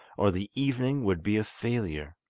or the evening would be a failure.